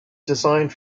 designed